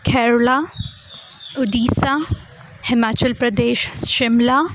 કેરલા ડીસા હિમાચલ પ્રદેશ શિમલા